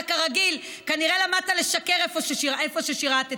אתה כרגיל, כנראה למדת לשקר איפה ששירת.